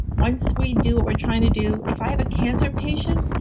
once we do what we're trying to do, if i have a cancer patient,